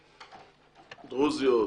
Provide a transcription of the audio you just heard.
דרוזיות,